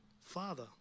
father